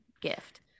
gift